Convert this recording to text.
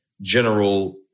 general